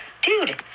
Dude